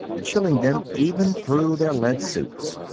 chilling them even through their lead suits.